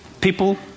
People